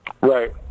right